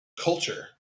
culture